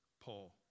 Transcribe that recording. Paul